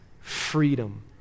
freedom